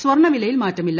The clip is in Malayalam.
സ്വർണ്ണ വിലയിൽ മാറ്റമില്ല